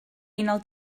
unol